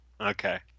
Okay